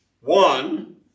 one